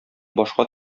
башка